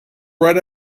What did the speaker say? right